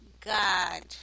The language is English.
God